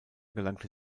gelangte